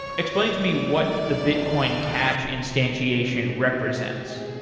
explain to me what the bitcoin cash instantiation represents.